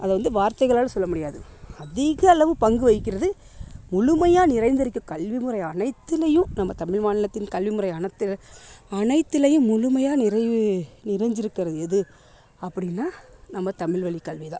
அதை வந்து வாரத்தைகளால் சொல்ல முடியாது அதிக அளவு பங்கு வகிக்கிறது முழுமையாக நிறைந்திருக்க கல்வி முறை அனைத்திலையும் நம்ம தமிழ் மாநிலத்தின் கல்வி முறை அனைத்து அனைத்துலையும் முழுமையாக நிறைவு நிறைஞ்சு இருக்கிறது எது அப்படினா நம்ம தமிழ் வழி கல்வி தான்